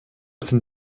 sind